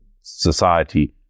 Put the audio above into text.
society